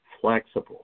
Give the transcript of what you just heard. flexible